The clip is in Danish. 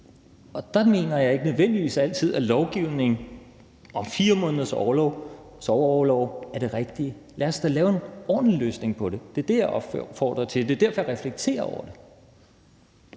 Der mener jeg ikke nødvendigvis altid, at lovgivning om 4 måneders sorgorlov er det rigtige. Lad os da lave en ordentlig løsning på det. Det er det, jeg opfordrer til. Det er derfor, jeg reflekterer over det.